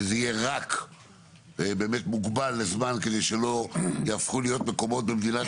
שזה יהיה רק מוגבל בזמן כדי שלא יהפכו להיות מקומות במדינת